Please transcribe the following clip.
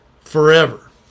forever